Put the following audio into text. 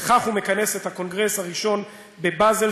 וכך הוא מכנס את הקונגרס הראשון בבאזל,